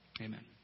Amen